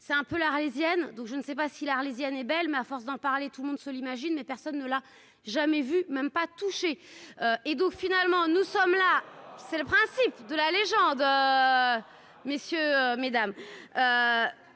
c'est un peu l'Arlésienne, donc je ne sais pas si l'Arlésienne est belle mais à force d'en parler tout le monde se l'imagine, mais personne ne l'a jamais vu, même pas touché et donc finalement, nous sommes là, c'est le principe de la légende messieurs mesdames.